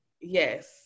yes